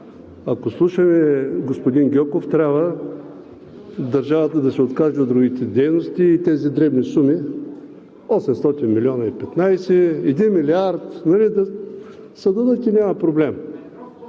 ако слушаме господин Гьоков, трябва държавата да се откаже от другите дейности и тези дребни суми – 815 милиона, 1 милиард, няма проблем.